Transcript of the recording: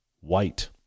White